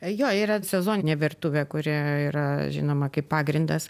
jo yra sezoninė virtuvė kuri yra žinoma kaip pagrindas